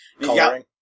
Coloring